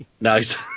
nice